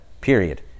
period